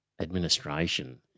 administration